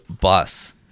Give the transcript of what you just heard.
bus